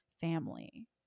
family